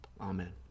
Amen